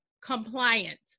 compliant